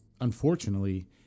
unfortunately